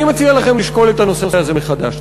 אני מציע לכם לשקול את הנושא הזה מחדש.